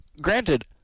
granted